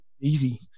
Easy